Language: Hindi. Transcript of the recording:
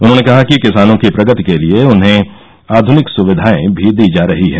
उन्होने कहा कि किसानों की प्रगति के लिए उन्हें आधुनिक सुविधाएं भी दी जा रही है